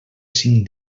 cinc